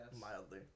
Mildly